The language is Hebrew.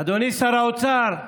אדוני שר האוצר,